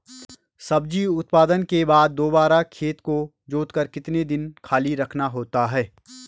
सब्जी उत्पादन के बाद दोबारा खेत को जोतकर कितने दिन खाली रखना होता है?